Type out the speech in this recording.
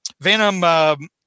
Venom